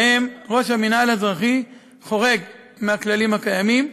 שבהם ראש המינהל האזרחי חורג מהכללים הקיימים.